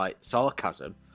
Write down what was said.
sarcasm